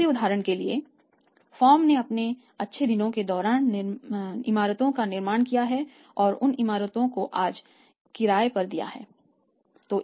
दूसरे उदाहरण के लिए फर्म ने अपने अच्छे दिनों के दौरान इमारतों का निर्माण किया है और उन इमारतों को आज किराए पर दिया गया है